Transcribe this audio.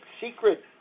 secret